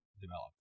develop